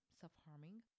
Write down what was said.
self-harming